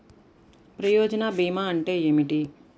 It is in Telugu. ప్రయోజన భీమా అంటే ఏమిటి?